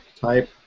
type